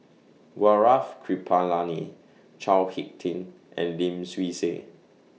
Gaurav Kripalani Chao Hick Tin and Lim Swee Say